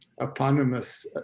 eponymous